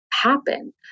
happen